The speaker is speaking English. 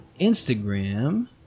Instagram